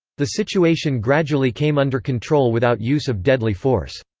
the situation gradually came under control without use of deadly force.